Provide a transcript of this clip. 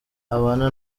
abana